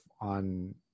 on